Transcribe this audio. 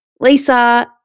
Lisa